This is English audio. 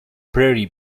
prairie